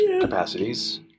capacities